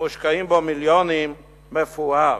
ומושקעים בו מיליונים, מפואר,